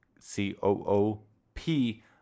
C-O-O-P